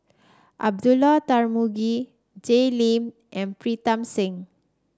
Abdullah Tarmugi Jay Lim and Pritam Singh